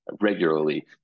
regularly